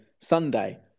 sunday